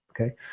okay